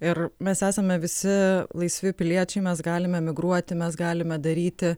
ir mes esame visi laisvi piliečiai mes galim emigruoti mes galime daryti